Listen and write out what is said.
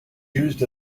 used